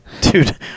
Dude